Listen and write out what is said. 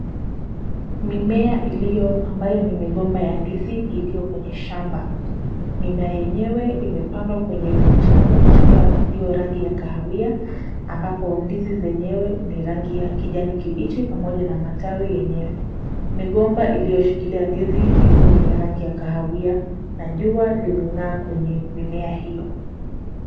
Mimea iliyo ambayo ni migomba ya ndizi iliyo kwenye shamba. Mimea yenyewe imepandwa kwenye mchanga, mchanga ulio rangi ya kahawia ambapo ndizi zenyewe ni rangi ya kijani kibichi pamoja na matawi yenyewe. Migomba iliyoshikilia ndizi iko kwenye rangi ya kahawia na jua limeng'aa kwenye mimea hiyo.